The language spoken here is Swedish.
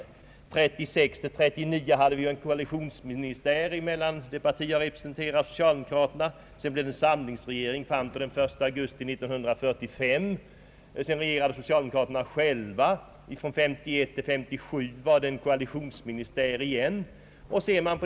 Åren 1936—1939 hade vi en koalitionsministär mellan mitt parti och socialdemokraterna, och sedan blev det samlingsregering fram till den 1 augusti år 1945. Därefter regerade socialdemokraterna själva, men från år 1951 till 1957 hade vi åter en koalitionsministär.